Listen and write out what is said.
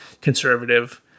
conservative